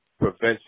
prevention